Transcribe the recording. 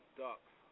ducks